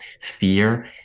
fear